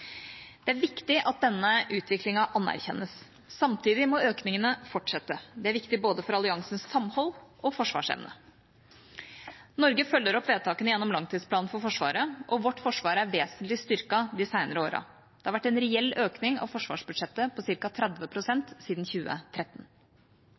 Det er viktig at denne utviklingen anerkjennes. Samtidig må økningene fortsette. Det er viktig både for alliansens samhold og for forsvarsevnen. Norge følger opp vedtakene gjennom langtidsplanen for Forsvaret, og vårt forsvar er vesentlig styrket de senere årene. Det har vært en reell økning i forsvarsbudsjettet på ca. 30